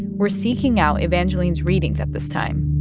were seeking out evangeline's readings at this time.